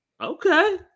Okay